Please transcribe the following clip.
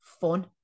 fun